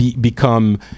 become